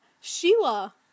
Sheila